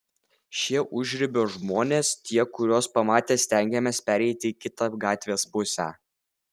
šie užribio žmonės tie kuriuos pamatę stengiamės pereiti į kitą gatvės pusę